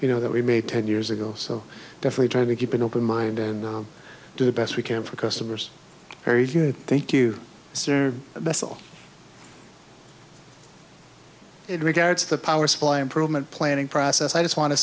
you know that we made ten years ago so definitely try to keep an open mind and do the best we can for customers very good thank you that's all it regards the power supply improvement planning process i just want to